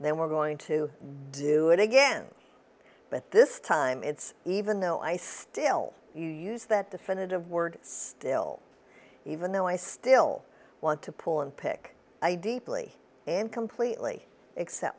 pick then we're going to do it again but this time it's even though i still use that definitive word still even though i still want to pull and pick i deeply and completely except